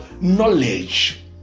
knowledge